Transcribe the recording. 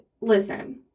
listen